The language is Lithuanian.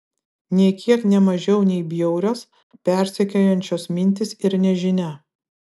nė kiek ne mažiau nei bjaurios persekiojančios mintys ir nežinia